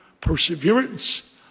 perseverance